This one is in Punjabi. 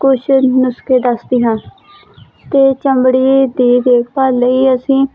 ਕੁਛ ਨੁਸਖੇ ਦੱਸਦੀ ਹਾਂ ਅਤੇ ਚਮੜੀ ਦੀ ਦੇਖ ਭਾਲ ਲਈ ਅਸੀਂ